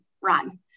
run